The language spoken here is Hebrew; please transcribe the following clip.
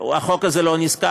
החוק הזה לא נזקק,